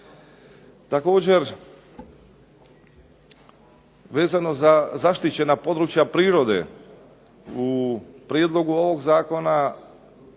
Također vezano za zaštićena područja prirode. U prijedlogu ovog zakona